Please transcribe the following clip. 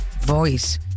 voice